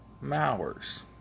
Mowers